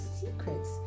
secrets